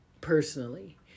personally